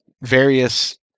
various